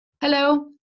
Hello